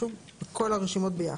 (2)